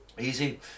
Easy